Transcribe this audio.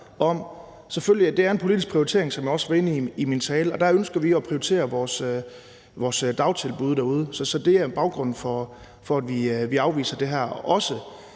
en politisk prioritering, som jeg også var inde på i min tale, og der ønsker vi at prioritere vores dagtilbud derude. Så det er baggrunden for, at vi afviser det her;